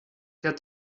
der